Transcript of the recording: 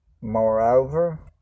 Moreover